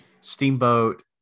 steamboat